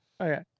Okay